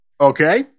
Okay